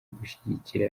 gushyigikira